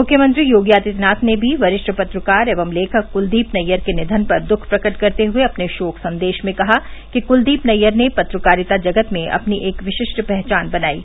मुख्यमंत्री योगी आदित्यनाथ ने भी वरिष्ठ पत्रकार एवं लेखक क्लदीप नैयर के निघन पर दुःख प्रकट करते हुए अपने शोक संदेश में कहा कि कुलदीप नैयर ने पत्रकारिता जगत में अपनी एक विशिष्ट पहचान बनायी